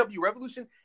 Revolution